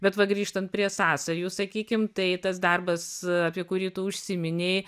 bet va grįžtant prie sąsajų sakykim tai tas darbas apie kurį tu užsiminei